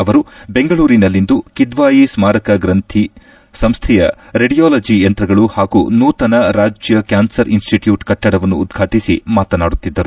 ಅವರು ಬೆಂಗಳೂರಿನಲ್ಲಿಂದು ಕಿದ್ವಾಯಿ ಸ್ಮಾರಕ ಗಂಥಿ ಸಂಸ್ಡೆಯ ರೇಡಿಯಾಲಜಿ ಯಂತ್ರಗಳು ಹಾಗೂ ನೂತನ ರಾಜ್ಯ ಕ್ಯಾನ್ಸರ್ ಇನ್ಸ್ಟಿಟ್ಯೂಟ್ ಕಟ್ವಡವನ್ನು ಉದ್ವಾಟಿಸಿ ಮಾತನಾಡುತ್ತಿದ್ದರು